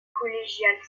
collégiale